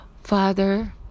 Father